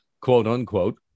quote-unquote